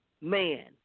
man